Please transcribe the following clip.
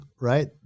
Right